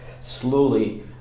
slowly